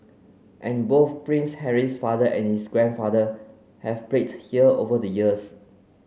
and both Prince Harry's father and his grandfather have played here over the years